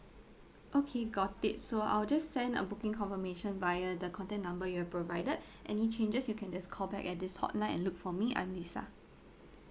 okay got it so I'll just send a booking confirmation via the contact number you have provided any changes you can just call back at this hotline and look for me I'm lisa